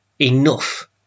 enough